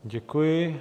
Děkuji.